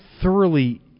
thoroughly